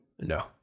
No